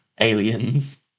Aliens